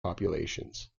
populations